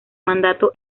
mandato